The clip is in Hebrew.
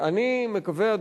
אני מקווה,